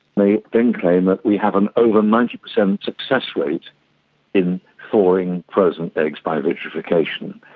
they then claim that we have an over ninety percent success rate in thawing frozen eggs by vitrification.